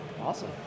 Awesome